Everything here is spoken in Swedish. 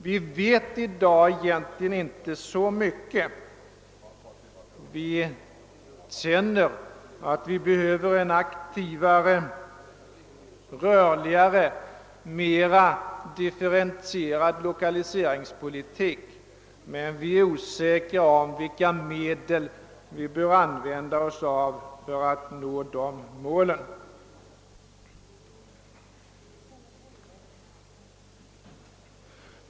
Vi vet i dag egent ligen inte så mycket; vi känner att det behövs en aktivare, rörligare, mer differentierad lokaliseringspolitik, men vi är osäkra om vilka medel vi bör använda för att nå målen.